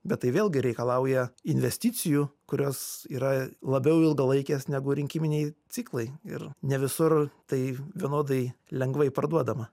bet tai vėlgi reikalauja investicijų kurios yra labiau ilgalaikės negu rinkiminiai ciklai ir ne visur tai vienodai lengvai parduodama